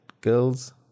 girls